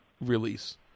release